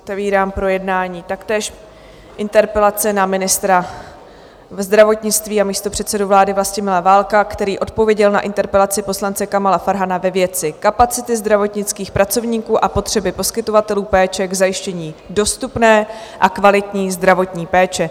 Otevírám projednání taktéž interpelace na ministra zdravotnictví a místopředsedu vlády Vlastimila Válka, který odpověděl na interpelaci poslance Kamala Farhana ve věci kapacity zdravotnických pracovníků a potřeby poskytovatelů péče k zajištění dostupné a kvalitní zdravotní péče.